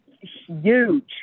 huge